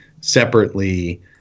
separately